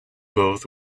both